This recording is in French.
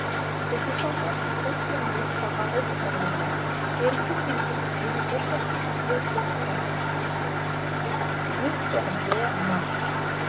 cette sentence fut confirmée par arrêt du pariemeqt et elle fat exécutée le juillet les corbières